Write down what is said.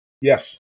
Yes